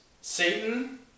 Satan